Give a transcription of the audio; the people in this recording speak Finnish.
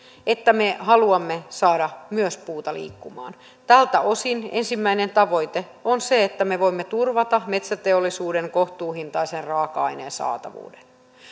että me haluamme saada myös puuta liikkumaan tältä osin ensimmäinen tavoite on se että me voimme turvata metsäteollisuuden kohtuuhintaisen raaka aineen saatavuuden